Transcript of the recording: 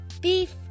beef